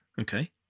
okay